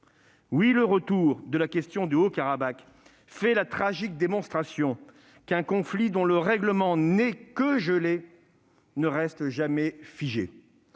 Oui, le retour de la question du Haut-Karabagh fait la tragique démonstration qu'un conflit dont le règlement n'est que gelé ne reste jamais figé.